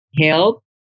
help